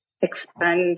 expand